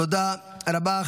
תודה רבה.